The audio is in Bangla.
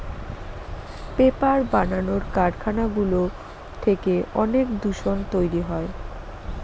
পেপার বানানোর কারখানাগুলো থেকে অনেক দূষণ তৈরী হয়